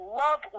love